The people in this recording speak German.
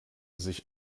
sich